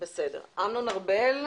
אמנון ארבל,